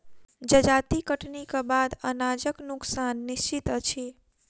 जजाति कटनीक बाद अनाजक नोकसान निश्चित अछि